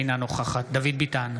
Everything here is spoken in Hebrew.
אינה נוכחת דוד ביטן,